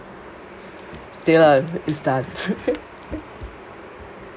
is done